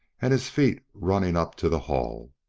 and his feet running up to the hall.